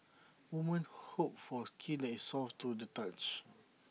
women hope for skin that is soft to the touch